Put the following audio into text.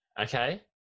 okay